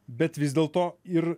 bet vis dėl to ir